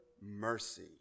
mercy